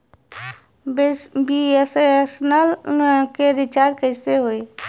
BSNL के recharge कैसे होयी?